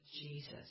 Jesus